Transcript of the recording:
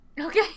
Okay